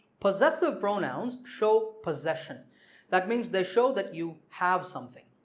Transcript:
possessive pronouns show possession that means they show that you have something.